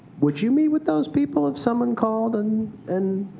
would you me with those people if someone called and and